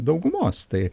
daugumos tai